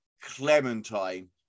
Clementine